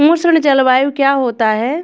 उष्ण जलवायु क्या होती है?